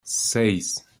seis